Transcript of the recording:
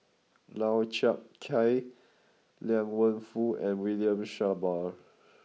Lau Chiap Khai Liang Wenfu and William Shellabear